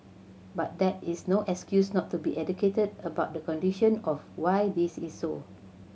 but that is no excuse not to be educated about the condition of why this is so